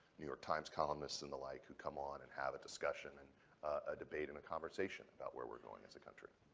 new york times columnists and the like, who come on and have a discussion and ah debate and a conversation about where we're going as a country.